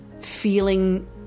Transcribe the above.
feeling